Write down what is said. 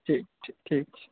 ठीक ठीक ठीक ठीक